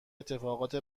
اتفاقات